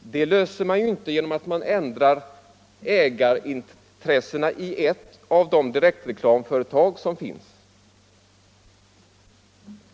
det problemet genom att ändra ägarintressena i ett av de direktreklamföretag som finns.